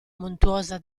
montuosa